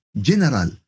general